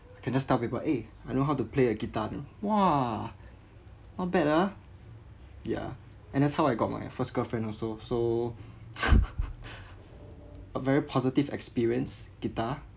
I can just tell people eh I know how to play a guitar you know !wah! not bad ah yeah and that's how I got my first girlfriend also so a very positive experience guitar